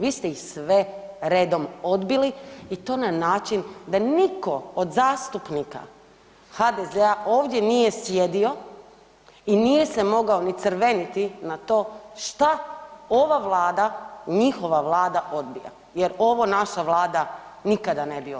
Vi ste ih sve redom odbili i to na način da nitko od zastupnika HDZ-a ovdje nije sjedio i nije se mogao ni crveniti na to što ova Vlada, njihova Vlada odbija jer ovo naša Vlada nikada ne bi odbila.